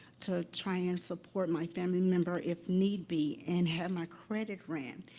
to try and support my family member, if need be, and have my credit ran.